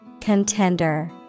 Contender